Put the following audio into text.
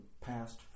past